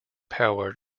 powered